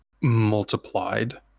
multiplied